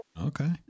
Okay